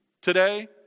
today